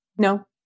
No